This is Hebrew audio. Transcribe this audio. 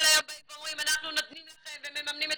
כל היום באים ואומרים "אנחנו נותנים לכם ומממנים את